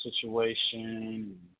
situation